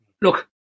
look